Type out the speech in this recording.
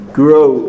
grow